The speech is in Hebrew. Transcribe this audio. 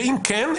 ואם כן,